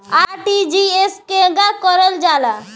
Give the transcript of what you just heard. RTGS केगा करलऽ जाला?